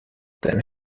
than